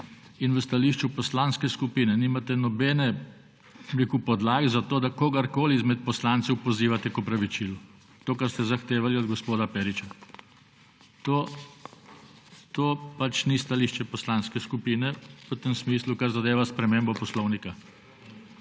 in v stališču poslanske skupine nimate nobene podlage za to, da kogarkoli izmed poslancev pozivate k opravičilu, to, kar ste zahtevali od gospoda Periča. To ni stališče poslanske skupine v tem smislu, kar zadeva spremembo poslovnika.